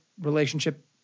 relationship